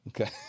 okay